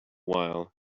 while